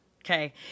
Okay